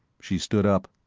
she stood up.